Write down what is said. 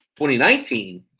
2019